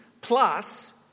plus